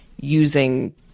using